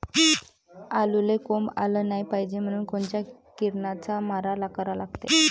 आलूले कोंब आलं नाई पायजे म्हनून कोनच्या किरनाचा मारा करा लागते?